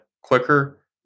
quicker